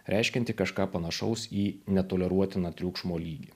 reiškiantį kažką panašaus į netoleruotiną triukšmo lygį